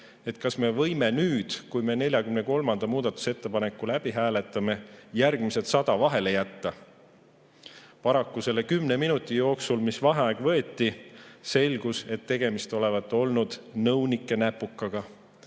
kas me võime siis, kui me 43. muudatusettepaneku läbi hääletame, järgmised 100 vahele jätta. Paraku selle kümne minuti jooksul, kui vaheaeg kestis, selgus, et tegemist olevat olnud nõunike näpukaga.